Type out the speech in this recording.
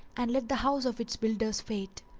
and let the house of its builder's fate!